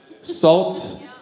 salt